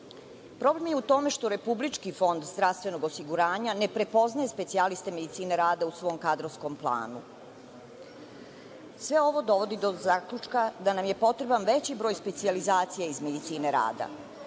je u tome što Republički fond zdravstvenog osiguranja ne prepoznaje specijaliste medicine rada u svom kadrovskom planu. Sve ovo dovodi do zaključka da nam je potreban veći broj specijalizacija iz medicine rada.